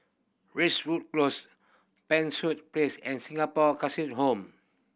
Racewood Close Pen Place and Singapore Home